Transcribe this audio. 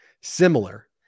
similar